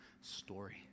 story